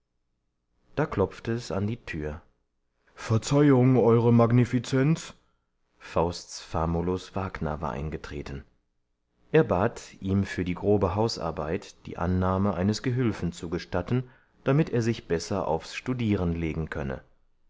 da klopfte es an die tür verzeihung euere magnifizenz fausts famulus wagner war eingetreten er bat ihm für die grobe hausarbeit die annahme eines gehülfen zu gestatten damit er sich besser aufs studieren legen könne